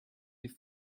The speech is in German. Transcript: die